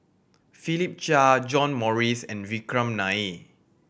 Philip Chia John Morrice and Vikram Nair